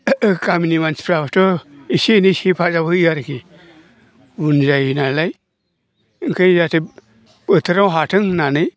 गामिनि मानसिफ्राबोथ' एसे एनैसो हेफाजाब होयो आरोखि उन जायोनालाय ओंखायनो जाहाथे बोथोराव हाथों होननानै